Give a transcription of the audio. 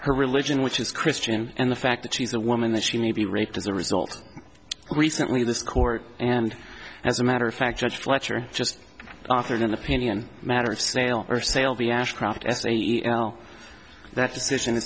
her religion which is christian and the fact that she's a woman that she may be raped as a result recently this court and as a matter of fact judge fletcher just offered an opinion matter of sale or sale be ashcraft s a e l that decision